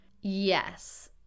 Yes